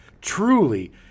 truly